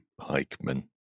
Pikemen